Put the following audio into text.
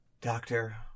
doctor